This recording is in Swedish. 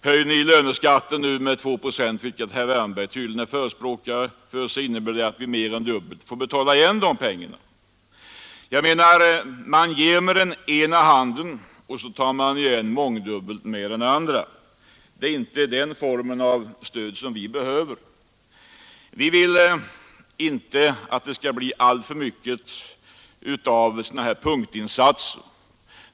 Höjer ni nu löneskatten med 2 procent — vilket herr Wärnberg tydligen är förespråkare för — innebär det att vi mer än dubbelt får betala igen dessa pengar. Jag menar att man ger med den ena handen och tar igen mångdubbelt med den andra. Det ärinte den formen av stöd som vi behöver. Vi vill inte att det skall bli alltför mycket av sådana här punktinsatser.